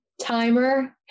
Timer